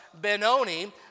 Benoni